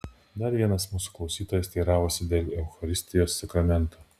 dar vienas mūsų klausytojas teiravosi dėl eucharistijos sakramento